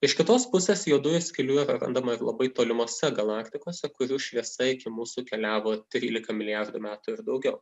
iš kitos pusės juodųjų skylių yra randama labai tolimose galaktikose kurių šviesa iki mūsų keliavo trylika milijardų metų ir daugiau